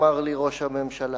אמר לי ראש הממשלה.